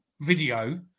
video